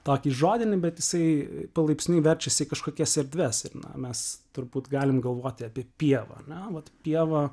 tokį žodinį bet jisai palaipsniui verčiasi į kažkokias erdves ir na mes turbūt galim galvoti apie pievą na vat pieva